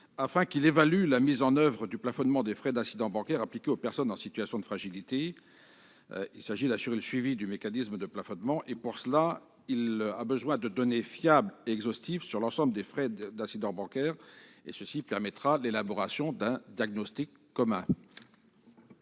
à ce qu'il évalue la mise en oeuvre du plafonnement des frais d'incidents bancaires appliqué aux personnes en situation de fragilité financière. Il s'agit d'assurer le suivi du mécanisme de plafonnement. À cette fin, l'Observatoire a besoin de disposer de données fiables et exhaustives sur l'ensemble des frais d'incidents bancaires. Cela permettra l'élaboration d'un diagnostic commun.